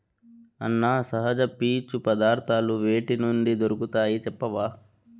అన్నా, సహజ పీచు పదార్థాలు వేటి నుండి దొరుకుతాయి చెప్పవా